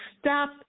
stop